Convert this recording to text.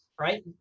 Right